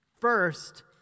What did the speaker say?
First